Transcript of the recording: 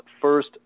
first